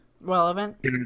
Relevant